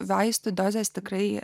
vaistų dozės tikrai